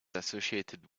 associated